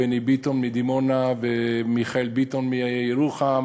בני ביטון מדימונה ומיכאל ביטון מירוחם,